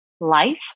life